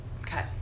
Okay